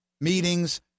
meetings